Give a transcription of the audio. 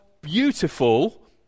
beautiful